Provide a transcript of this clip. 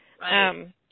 Right